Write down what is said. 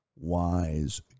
wise